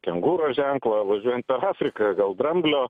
kengūros ženklą važiuojant per afriką gal dramblio